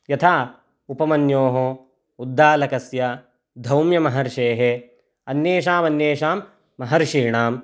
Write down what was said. यथा उपमन्योः उद्दालकस्य धौम्यमहर्षेः अन्येषामन्येषां महर्षीणाम्